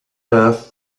earth